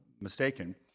mistaken